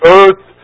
earth